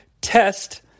Test